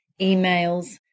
emails